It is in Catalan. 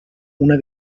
una